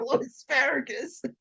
asparagus